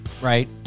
right